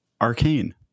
Arcane